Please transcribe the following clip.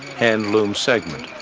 handloom segment.